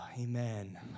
Amen